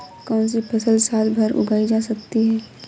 कौनसी फसल साल भर उगाई जा सकती है?